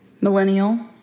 Millennial